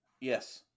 Yes